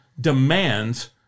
demands